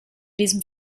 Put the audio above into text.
diesem